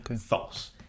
false